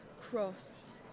cross